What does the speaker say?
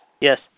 Yes